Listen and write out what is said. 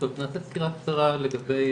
נעשה סקירה קצרה לגבי